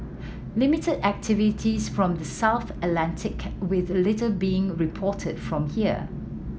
limited activities from the south Atlantic with little being reported from here